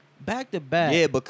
Back-to-back